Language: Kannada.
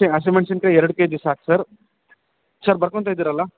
ಹಸಿಮೆಣ್ಸಿನ್ಕಾಯಿ ಎರಡು ಕೆ ಜಿ ಸಾಕು ಸರ್ ಸರ್ ಬರ್ಕೊಳ್ತಾ ಇದ್ದೀರಲ್ಲ